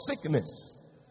sickness